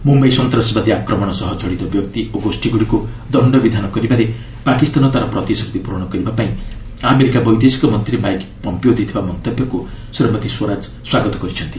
ମୁମ୍ବାଇ ସନ୍ତାସବାଦୀ ଆକ୍ରମଣ ସହ ଜଡ଼ିତ ବ୍ୟକ୍ତି ଓ ଗୋଷୀଗୁଡ଼ିକୁ ଦଶ୍ଚବିଧାନ କରିବାରେ ପାକିସ୍ତାନ ତା'ର ପ୍ରତିଶ୍ରତି ପୂରଣ କରିବାପାଇଁ ଆମେରିକା ବୈଦେଶିକ ମନ୍ତ୍ରୀ ମାଇକ୍ ପମ୍ପିଓ ଦେଇଥିବା ମନ୍ତବ୍ୟକୁ ଶ୍ରୀମତୀ ସ୍ୱରାଜ ସ୍ୱାଗତ କରିଛନ୍ତି